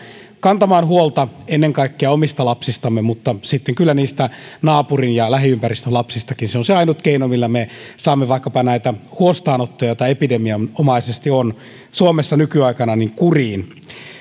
kantaa huolta ennen kaikkia omista lapsistamme mutta sitten kyllä niistä naapurin ja lähiympäristön lapsistakin se on se ainut keino millä me saamme kuriin vaikkapa näitä huostaanottoja joita epidemianomaisesti on suomessa nykyaikana